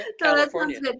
california